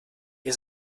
ihr